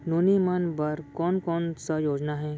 नोनी मन बर कोन कोन स योजना हे?